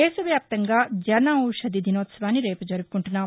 దేశవ్యాప్తంగా జన ఔషధి దినోత్సవాన్ని రేపు జరుపుకుంటున్నాం